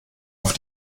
auf